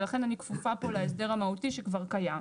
ולכן אני כפופה פה להסדר המהותי שכבר קיים.